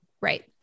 right